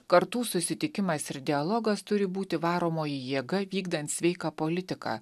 kartų susitikimas ir dialogas turi būti varomoji jėga vykdant sveiką politiką